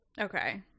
Okay